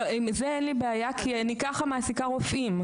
עם זה אין לי בעיה כי ככה אני מעסיקה רופאים.